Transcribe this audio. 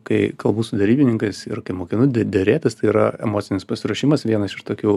kai kalbu su derybininkais ir kai mokinu de derėtis tai yra emocinis pasiruošimas vienas iš tokių